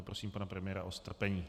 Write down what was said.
Prosím pana premiéra o strpení.